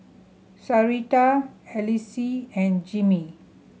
Sarita Alcee and Jimmie